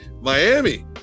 Miami